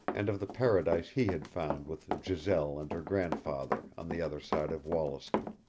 and of the paradise he had found with giselle and her grandfather on the other side of wollaston.